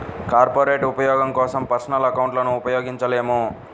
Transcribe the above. corporate ఉపయోగం కోసం personal అకౌంట్లను ఉపయోగించలేము